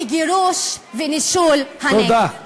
לגירוש ונישול הנגב.